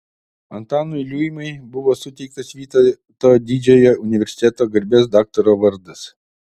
antanui liuimai buvo suteiktas vytauto didžiojo universiteto garbės daktaro vardas